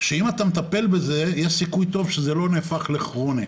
שאם אתה מטפל בזה יש סיכוי טוב שזה לא ייהפך לכרוני,